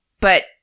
but-